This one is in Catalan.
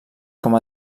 com